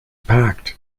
packed